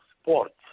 Sports